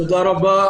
תודה רבה.